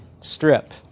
strip